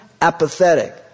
apathetic